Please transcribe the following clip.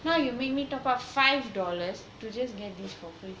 now you make me top up five dollars to just get this for free